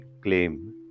claim